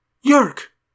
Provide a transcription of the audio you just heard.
Yerk